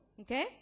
okay